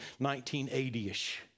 1980-ish